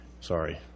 Sorry